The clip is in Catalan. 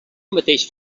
mateix